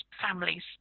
families